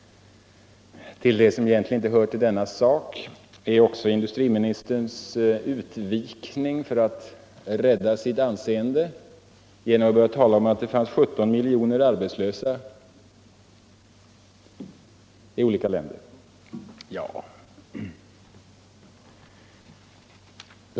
Till det som egentligen inte hör till denna fråga är också industriministerns utvikning för att rädda sitt anseende genom att börja tala om att det finns 17 miljoner arbetslösa i olika länder.